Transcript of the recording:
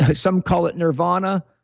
but some call it nirvana,